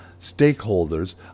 stakeholders